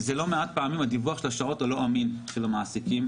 הם שלא מעט פעמים דיווח השעות של המעסיקים הוא לא אמין.